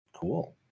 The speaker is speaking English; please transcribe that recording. cool